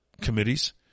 committees